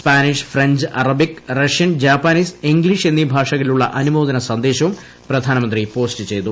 Spanish French Arabic Russian Japanese English എന്നീ ഭാഷകളിലുള്ള അനുമോദന സന്ദേശവും പ്രധാനമന്ത്രി പോസ്റ്റ് ചെയ്തു